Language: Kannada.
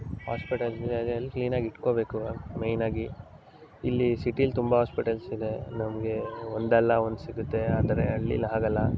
ಹಾಸ್ಪಿಟಲಲ್ಲಿ ಎಲ್ಲಿ ಕ್ಲೀನಾಗಿಟ್ಕೊಬೇಕು ಮೈನಾಗಿ ಇಲ್ಲಿ ಸಿಟೀಲಿ ತುಂಬ ಆಸ್ಪೆಟಲ್ಸಿದೆ ನಮಗೆ ಒಂದಲ್ಲ ಒಂದು ಸಿಗುತ್ತೆ ಆದರೆ ಹಳ್ಳೀಲಿ ಹಾಗಲ್ಲ